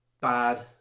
bad